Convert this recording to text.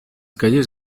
calles